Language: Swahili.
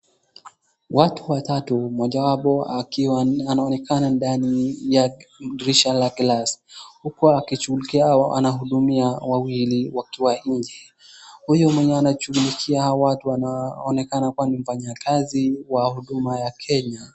Watu watatu mojawapo akiwa anaonekana ndani ya dirisha lake la huku akishughulikia wahudumiwa wawili wakiwa nje. Huyu mwenye anashughulikia hawa watu anaonekana kuwa ni mfanyakazi wa Huduma ya Kenya.